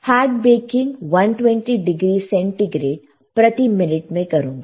hard baking 120 degree centigrade प्रति minute में करूंगा